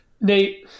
nate